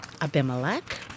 Abimelech